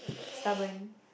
stubborn